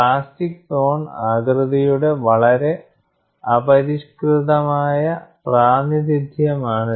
plastic zone ആകൃതിയുടെ വളരെ അപരിഷ്കൃതമായ പ്രാതിനിധ്യമാണിത്